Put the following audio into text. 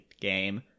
game